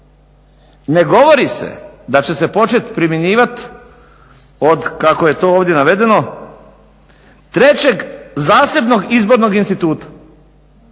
Ne govori se da će se početi primjenjivati od kako je to ovdje navedeno trećeg zasebnog izbornog instituta.